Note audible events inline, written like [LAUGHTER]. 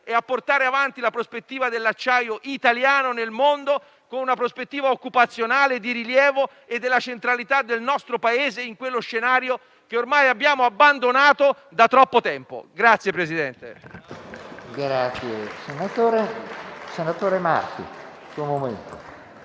e portando avanti la prospettiva dell'acciaio italiano nel mondo, con una visione occupazionale di rilievo, per la centralità del nostro Paese in quello scenario, che ormai abbiamo abbandonato da troppo tempo. [APPLAUSE]